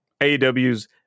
AEW's